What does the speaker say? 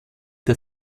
der